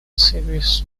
serious